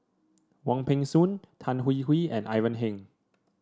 Wong Peng Soon Tan Hwee Hwee and Ivan Heng